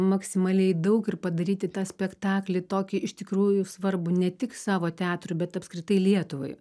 maksimaliai daug ir padaryti tą spektaklį tokį iš tikrųjų svarbų ne tik savo teatrui bet apskritai lietuvai